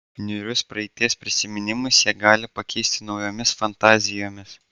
niūrius praeities prisiminimus jie gali pakeisti naujomis fantazijomis